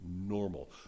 normal